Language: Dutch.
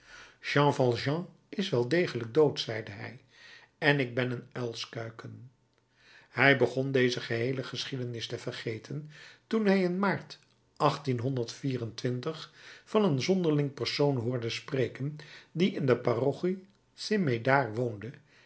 is wel degelijk dood zeide hij en ik ben een uilskuiken hij begon deze geheele geschiedenis te vergeten toen hij in maart van een zonderling persoon hoorde spreken die in de parochie st médard woonde